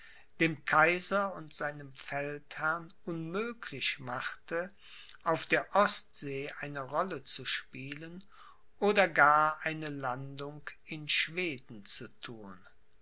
dem kaiser und seinem feldherrn unmöglich machte auf der ostsee eine rolle zu spielen oder gar eine landung in schweden zu thun